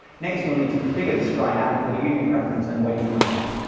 next you'll need to configure the stryd app with your unit preference and weight and height.